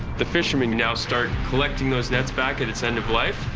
the fisherman now start collecting those nets back at its end of life.